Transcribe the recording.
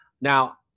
Now